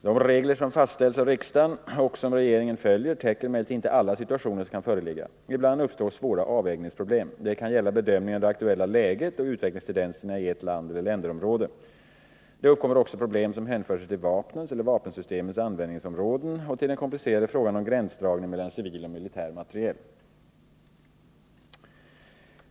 De regler som fastställts av riksdagen och som regeringen följer täcker emellertid inte alla situationer som kan föreligga. Ibland uppstår svåra avvägningsproblem. Det kan gälla bedömningen av det aktuella läget och utvecklingstendenserna i ett land eller länderområde. Det uppkommer också 5 problem som hänför sig till vapnens eller vapensystemens användningsområden och till den komplicerade frågan om gränsdragningen mellan civil och militär materiel.